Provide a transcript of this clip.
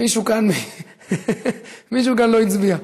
מישהו כאן לא הצביע.